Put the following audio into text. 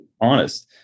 honest